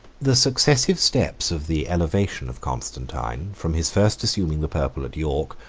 the successive steps of the elevation of constantine, from his first assuming the purple at york,